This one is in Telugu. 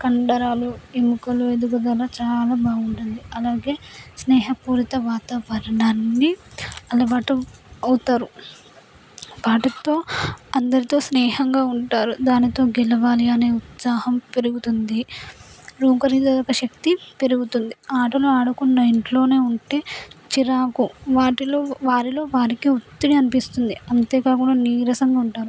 కండరాలు ఎముకలు ఎదుగు గల చాలా బాగుంటుంది అలాగే స్నేహపూరిత వాతావరణాన్ని అలవాటు అవుతారు వాటితో అందరితో స్నేహంగా ఉంటారు దానితో గెలవాలి అనే ఉత్సాహం పెరుగుతుంది రోగ నిరోధక శక్తి పెరుగుతుంది ఆటలు ఆడకుండా ఇంట్లోనే ఉంటే చిరాకు వాటిలో వారిలో వారికి ఒత్తిడి అనిపిస్తుంది అంతేకాకుండా నీరసంగా ఉంటారు